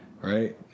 right